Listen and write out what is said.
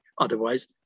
otherwise